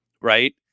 right